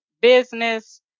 business